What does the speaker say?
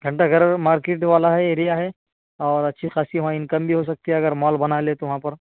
گھنٹہ گھر مارکیٹ والا ہی ایریا ہے اور اچھی خاصی وہاں انکم بھی ہو سکتی ہے اگر مال بنا لیں تو وہاں پر